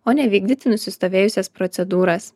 o ne vykdyti nusistovėjusias procedūras